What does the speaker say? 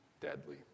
deadly